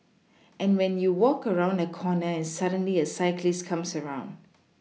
and when you walk around a corner and suddenly a cyclist comes around